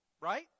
right